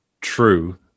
true